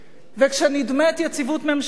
וכשנדמית יציבות ממשלתית,